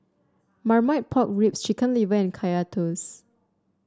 Marmite Pork Ribs Chicken Liver and Kaya Toast